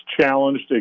challenged